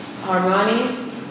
Armani